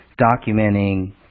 documenting